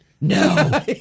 No